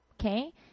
okay